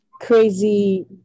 Crazy